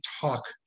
talk